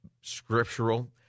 scriptural